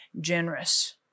generous